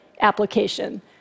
application